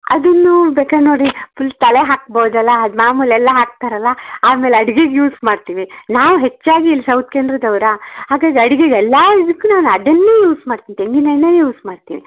ಅದನ್ನೂ ಬೇಕಾರೆ ನೋಡಿ ಫುಲ್ ತಲೆಗೆ ಹಾಕ್ಬೋದಲ್ಲ ಅದು ಮಾಮುಲಿ ಎಲ್ಲ ಹಾಕ್ತಾರಲ್ಲ ಆಮೇಲೆ ಅಡ್ಗಿಗೆ ಯೂಸ್ ಮಾಡ್ತಿವಿ ನಾವು ಹೆಚ್ಚಾಗಿ ಇಲ್ಲಿ ಸೌತ್ ಕೇನ್ರಾದವರಾ ಹಾಗಾಗಿ ಅಡಿಗೆಗೆ ಎಲ್ಲ ಇದುಕ್ಕು ನಾನು ಅದನ್ನೇ ಯೂಸ್ ಮಾಡ್ತಿ ತೆಂಗಿನೆಣ್ಣೆನೇ ಯೂಸ್ ಮಾಡ್ತಿವಿ